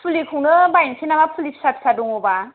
फुलिखौनो बायनोसै नामा फुलि फिसा फिसा दङबा